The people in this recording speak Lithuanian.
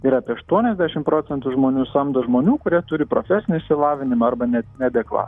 ir apie aštuoniasdešim procentų žmonių samdo žmonių kurie turi profesinį išsilavinimą arba ne neadekva